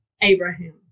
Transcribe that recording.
Abraham